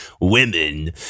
women